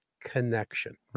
connection